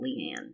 Leanne